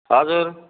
हजुर